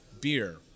beer